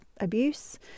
abuse